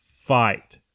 fight